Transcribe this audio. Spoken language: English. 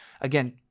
Again